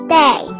day